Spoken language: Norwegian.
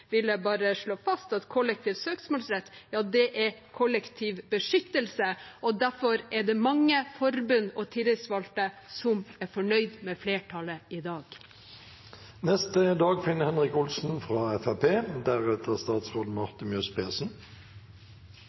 vil jeg bare slå fast at kollektiv søksmålsrett er kollektiv beskyttelse, og derfor er det mange forbund og tillitsvalgte som er fornøyd med flertallet i dag.